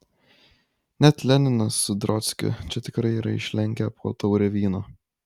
net leninas su trockiu čia tikrai yra išlenkę po taurę vyno